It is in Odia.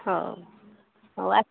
ହଉ ହଉ ଆସ